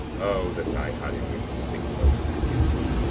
o that i had him, with six aufidiuses,